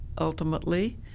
ultimately